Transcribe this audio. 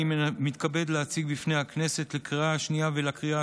אני מתכבד להציג בפני הכנסת לקריאה השנייה ולקריאה